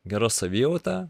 gera savijauta